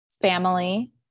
family